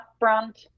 upfront